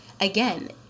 again